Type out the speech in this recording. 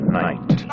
night